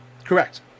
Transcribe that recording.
Correct